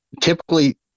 typically